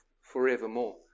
forevermore